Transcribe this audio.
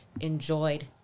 enjoyed